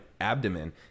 abdomen